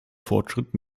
fortschritt